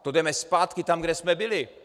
To jdeme zpátky tam, kde jsme byli.